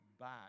back